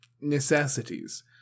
necessities